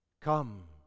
Come